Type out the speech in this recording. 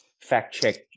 fact-check